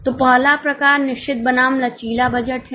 तो पहला प्रकार निश्चित बनाम लचीला बजट है